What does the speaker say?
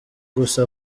gusa